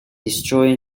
destroy